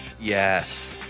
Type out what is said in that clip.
Yes